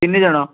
ତିନିଜଣ